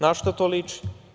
Na šta to liči?